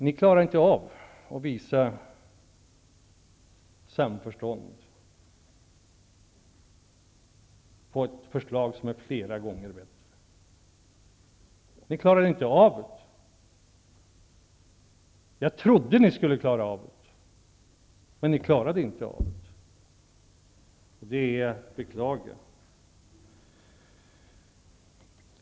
Ni klarar inte av att visa samförstånd när det gäller ett förslag som är flera gånger bättre. Ni klarar inte av det. Jag trodde att ni skulle göra det, men det gör ni alltså inte. Det är att beklaga.